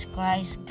Christ